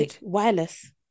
Wireless